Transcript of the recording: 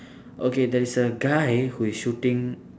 okay there is a guy who is shooting